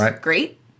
great